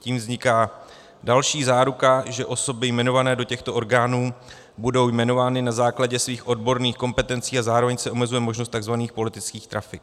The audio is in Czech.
Tím vzniká další záruka, že osoby jmenované do těchto orgánů budou jmenovány na základě svých odborných kompetencí, a zároveň se omezuje možnost tzv. politických trafik.